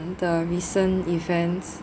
the recent events